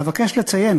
אבקש לציין,